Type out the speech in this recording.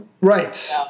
Right